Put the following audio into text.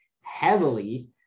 heavily